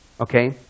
Okay